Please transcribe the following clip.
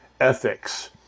Ethics